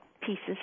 pieces